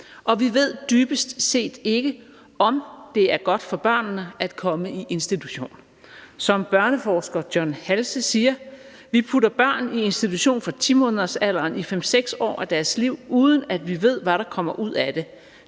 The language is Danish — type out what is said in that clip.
og vi ved dybest set ikke, om det er godt for børnene at komme i institution. Som børneforsker John Halse siger: »Vi putter børn i institution fra 10 måneders alderen i fem-seks år af deres liv, uden at vi ved, hvad der kommer ud af det.